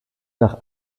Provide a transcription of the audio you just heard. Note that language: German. nach